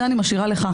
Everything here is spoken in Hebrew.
זה אני משאירה לך.